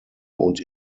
und